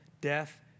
death